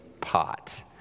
pot